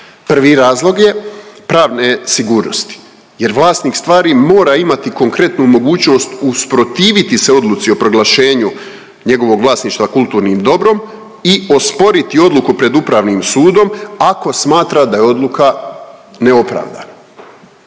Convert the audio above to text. prvi razlog je pravne sigurnosti jer vlasnik stvari mora imati konkretnu mogućnost usprotiviti se odluci o proglašenju njegovog vlasništva kulturnim dobrom i osporiti odluku pred Upravnim sudom ako smatra da je odluka neopravdana.